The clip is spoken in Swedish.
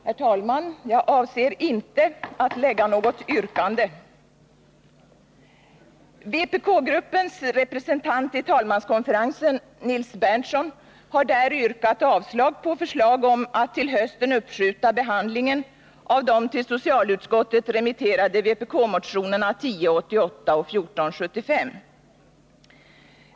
Herr talman! Jag avser inte att ställa något yrkande. Vpk-gruppens representant i talmanskonferensen, Nils Berndtson, har där yrkat avslag på förslag om att till hösten uppskjuta behandlingen av de till socialutskottet remitterade vpk-motionerna 1088 och 1475.